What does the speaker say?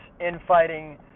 infighting